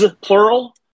plural